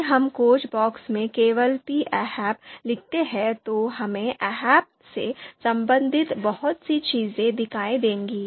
यदि हम खोज बॉक्स में केवल p ahp 'लिखते हैं तो हमें' ahp 'से संबंधित बहुत सी चीजें दिखाई देंगी